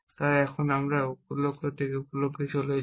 তাই আমি এখন লক্ষ্য থেকে উপ লক্ষ্যে চলেছি